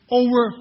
over